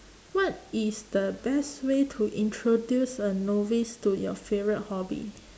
what is the best way to introduce a novice to your favourite hobby